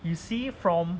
you see from